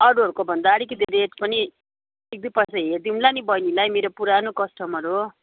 अरूहरूको भन्दा अलिकति रेट पनि एक दुई पैसा हेरिदिउँला नि बैनीलाई मेरो पुरानो कस्टमर हो